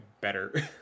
better